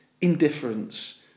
indifference